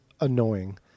annoying